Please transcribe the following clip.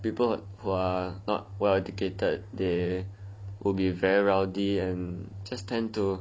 people who are not well educated they will be very rowdy and just tend to